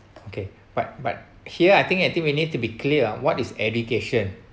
okay but but here I think I think we need to be clear what is education